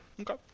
Okay